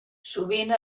sovint